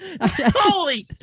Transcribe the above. Holy